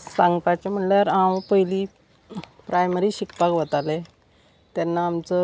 सांगपाचें म्हणल्यार हांव पयलीं प्रायमरी शिकपाक वताले तेन्ना आमचो